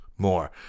more